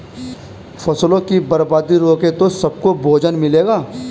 फसलों की बर्बादी रुके तो सबको भोजन मिलेगा